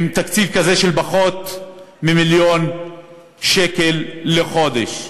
עם תקציב כזה של פחות ממיליון שקל לחודש,